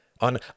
on